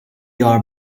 are